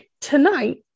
tonight